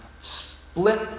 split